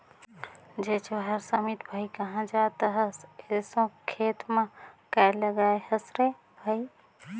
जय जोहार समीत भाई, काँहा जात अहस एसो खेत म काय लगाय हस रे भई?